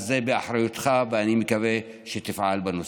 אז זה באחריותך, ואני מקווה שתפעל בנושא.